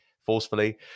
forcefully